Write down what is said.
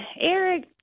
Eric